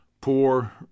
poor